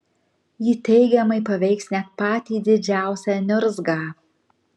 ji teigiamai paveiks net patį didžiausią niurzgą